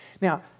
Now